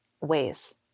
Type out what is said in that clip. ways